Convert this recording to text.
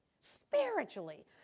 spiritually